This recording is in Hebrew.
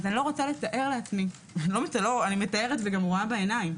אני מתארת וגם רואה בעיניים